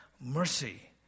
mercy